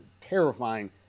terrifying